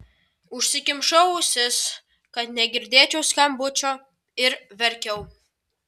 užsikimšau ausis kad negirdėčiau skambučio ir verkiau